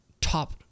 top